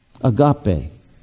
agape